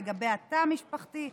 לגבי התא המשפחתי.